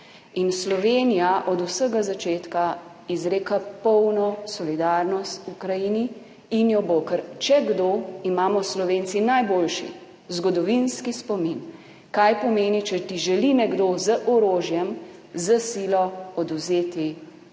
Slovenija od vsega začetka izreka polno solidarnost v Ukrajini in jo bo, ker če kdo, imamo Slovenci najboljši zgodovinski spomin, kaj pomeni, če ti želi nekdo z orožjem, s silo odvzeti